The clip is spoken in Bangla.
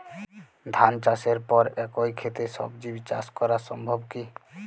ধান চাষের পর একই ক্ষেতে সবজি চাষ করা সম্ভব কি?